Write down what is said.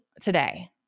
today